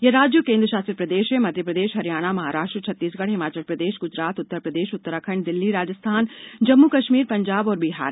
ये राज्य और केन्द्रशासित प्रदेश हैं मध्य प्रदेश हरियाणा महाराष्ट्र छत्तीसगढ़ हिमाचल प्रदेश गुजरात उत्तर प्रदेश उत्तराखंड दिल्ली राजस्थान जम्मु कश्मीर पंजाब और बिहार